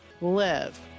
live